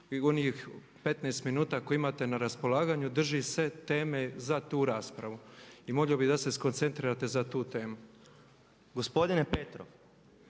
onih 15 minuta koje imate na raspolaganju drži se teme za tu raspravu. I molio bih da se skoncentrirate za tu temu./ Gospodine Petrov,